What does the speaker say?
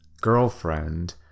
girlfriend